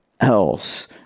else